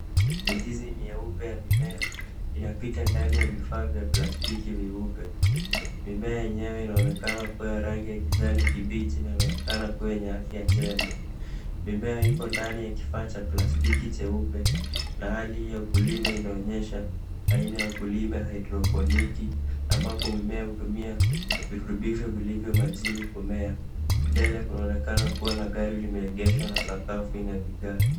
Mizizi mieupe ya mimea inapita ndani ya vifaa vya plastiki vyeupe. Mimea yenyewe inaonekana kuwa ya rangi ya kijani kibichi na inaonekana kuwa yenye afya njema. Mimea iko ndani ya kifaa cha plastiki cheupe, na hali ya ukulima inaonyesha aina ya ukulima wa haidroponiki ambapo mimea hutumia virutubisho vilivyo majini kumea. Mbele kunaonekana kuwa na gari limeegeshwa na sakafu ina vigae.